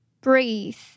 breathe